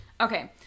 Okay